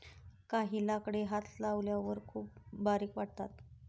काही लाकडे हात लावल्यावर खूप बारीक वाटतात